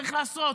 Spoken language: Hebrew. צריך לעשות,